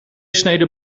sneden